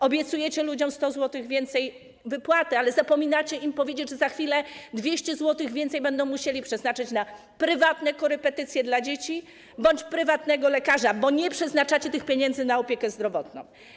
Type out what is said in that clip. Obiecujecie ludziom 100 zł więcej wypłaty, ale zapominacie im powiedzieć, że za chwilę 200 zł więcej będą musieli przeznaczyć na prywatne korepetycje dla dzieci bądź prywatnego lekarza, bo nie przeznaczacie tych pieniędzy na opiekę zdrowotną.